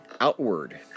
outward